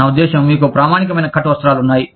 నా ఉద్దేశ్యం మీకు ప్రామాణికమైన కట్ వస్త్రాలు ఉన్నాయి